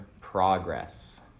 progress